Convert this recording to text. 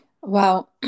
Wow